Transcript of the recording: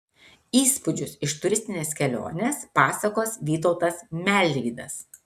įspūdžius iš turistinės kelionės pasakos vytautas melvydas